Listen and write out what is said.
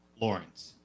Lawrence